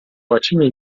łacinie